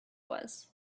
was